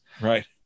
right